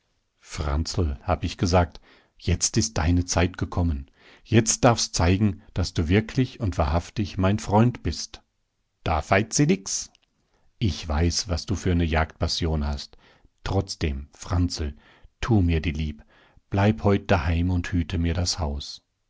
franzl hab ich gesagt jetzt ist deine zeit gekommen jetzt darfst zeigen daß du wirklich und wahrhaftig mein freund bist da feit si nix ich weiß was du für ne jagdpassion hast trotzdem franzl tu mir die lieb bleib heut daheim und hüte mir das haus